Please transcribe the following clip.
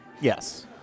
Yes